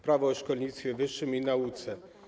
Prawo o szkolnictwie wyższym i nauce.